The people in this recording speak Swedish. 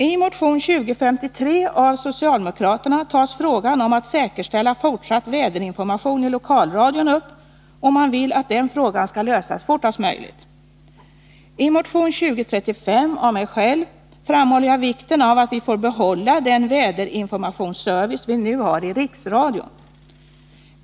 I motion 2053 av socialdemokraterna tas frågan om att säkerställa fortsatt väderinformation i lokalradion upp. Man vill att den frågan skall lösas fortast möjligt. I min motion 2035 framhåller jag vikten av att vi får behålla den väderinformationsservice vi nu har i riksradion.